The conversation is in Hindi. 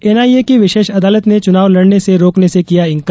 एनआईए की विशेष अदालत ने चुनाव लड़ने से रोकने से किया इंकार